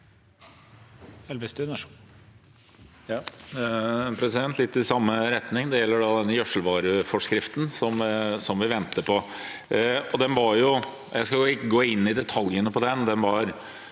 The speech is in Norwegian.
litt i samme retning, og det gjelder den gjødselvareforskriften som vi venter på. Jeg skal ikke gå inn i detaljene på den,